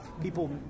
people